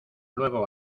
luego